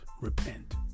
repent